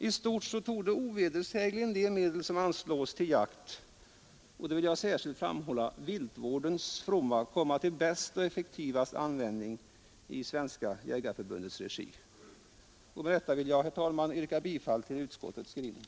I stort torde ovedersägligen de medel som anslås till jakt — och då särskilt till viltvårdens fromma — komma till den bästa och effektivaste användningen i Svenska jägareförbundets regi. Med detta vill jag, herr talman, yrka bifall till utskottets hemställan.